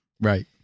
Right